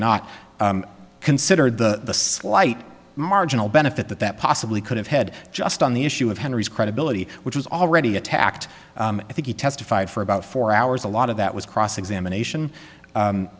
not consider the slight marginal benefit that that possibly could have head just on the issue of henry's credibility which is already attacked i think he testified for about four hours a lot of that was cross examination